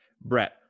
brett